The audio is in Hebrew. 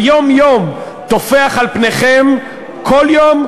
היום-יום טופח על פניכם כל יום,